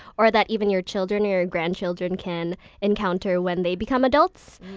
or that even your children or your grandchildren can encounter when they become adults.